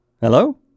Hello